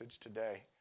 today